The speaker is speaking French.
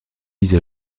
mise